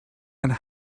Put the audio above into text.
and